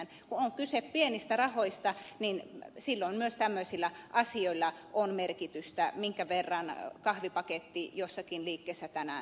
kun on kyse pienistä rahoista silloin myös tämmöisillä asioilla on merkitystä minkä verran kahvipaketti jossakin liikkeessä tänään maksaa